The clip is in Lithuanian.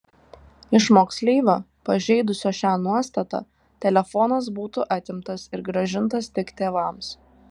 iš moksleivio pažeidusio šią nuostatą telefonas būtų atimtas ir grąžintas tik tėvams